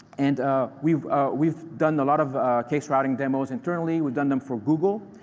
and ah we've we've done a lot of case-routing demos internally. we've done them for google,